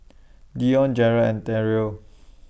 Dione Jerrod and Terrill